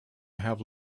have